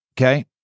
Okay